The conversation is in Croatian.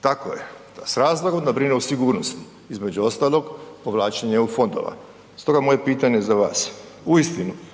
Tako je. S razlogom da brine o sigurnosti, između ostalog, povlačenje EU fondova. Stoga moje pitanje za vas. Uistinu,